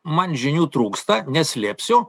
man žinių trūksta neslėpsiu